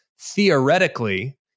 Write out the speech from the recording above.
Theoretically